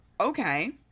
okay